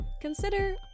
consider